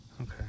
Okay